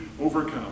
overcome